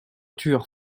tueur